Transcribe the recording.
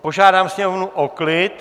Požádám Sněmovnu o klid.